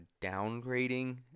downgrading